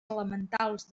elementals